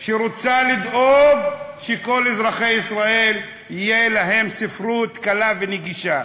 על כך שהיא רוצה לדאוג שלכל אזרחי ישראל תהיה ספרות קלה ונגישה.